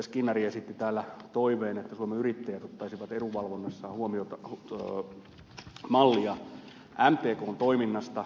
skinnari esitti täällä toiveen että suomen yrittäjät ottaisi edunvalvonnassaan mallia mtkn toiminnasta